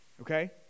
okay